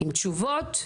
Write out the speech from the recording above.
עם תשובות,